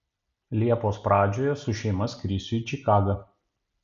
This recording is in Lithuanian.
liepos pradžioje su šeima skrisiu į čikagą